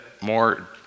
more